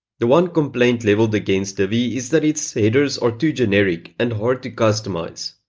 the one complaint leveled against divi is that its headers are too generic and hard to customize.